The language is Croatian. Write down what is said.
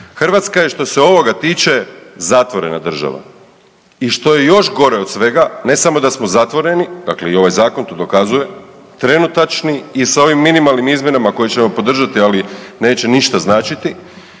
Hrvatska je što se ovoga tiče zatvorena država i što je još gore od svega ne samo da smo zatvoreni, dakle i ovaj zakon to dokazuje trenutačni i sa ovim minimalnim izmjenama koje ćemo podržati, ali neće ništa značiti,